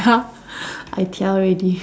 ya I 调 already